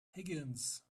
higgins